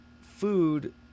food